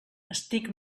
estic